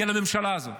היא על הממשלה הזאת.